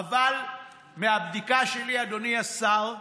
אבל מהבדיקה שלי, אדוני השר,